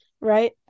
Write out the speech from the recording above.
right